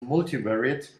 multivariate